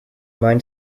mind